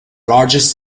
largest